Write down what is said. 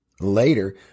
Later